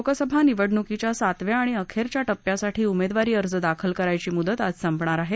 लोकसभा निवडणुकीच्या सातव्या आणि अखध्ख्या टप्प्यासाठी उमद्विरी अर्ज दाखल करायची मुदत आज संपणार आह